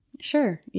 Sure